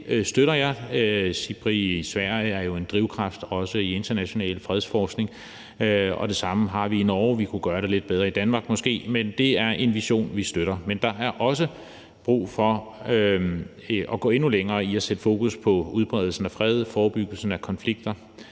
det støtter jeg. SIPRI i Sverige er jo en drivkraft, også i international fredsforskning, og det samme har man i Norge. Vi kunne gøre det lidt bedre i Danmark, måske. Det er en vision, vi støtter, men der er også brug for at gå endnu længere i at sætte fokus på udbredelsen af fred og forebyggelsen af konflikter,